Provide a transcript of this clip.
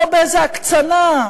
לא באיזה הקצנה,